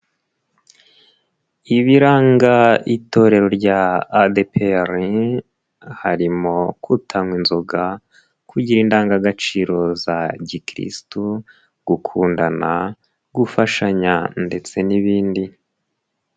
Ibiranga itorero rya ADPR, harimo kutanywa inzoga kugira indangagaciro za gikirisitu, gukundana, gufashanya ndetse n'ibindi.